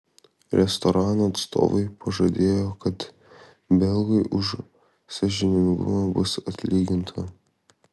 restorano atstovai pažadėjo kad belgui už sąžiningumą bus atlyginta